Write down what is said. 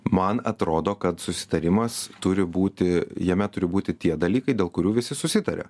man atrodo kad susitarimas turi būti jame turi būti tie dalykai dėl kurių visi susitarė